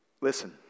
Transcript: Listen